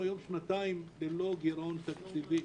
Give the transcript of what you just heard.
אנחנו היום שנתיים ללא גירעון תקציבי.